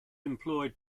employed